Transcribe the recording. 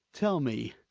tell me,